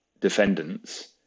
defendants